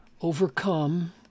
overcome